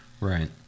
right